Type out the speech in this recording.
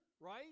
right